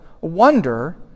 wonder